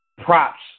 props